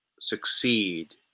succeed